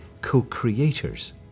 co-creators